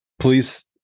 please